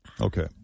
okay